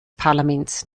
parlaments